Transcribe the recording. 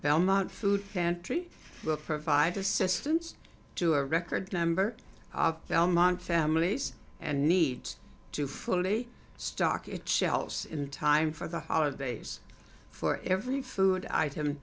belmont food pantry will provide assistance to a record number of belmont families and needs to fully stock its shelves in time for the holidays for every food item